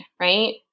right